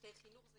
לצוותי חינוך זה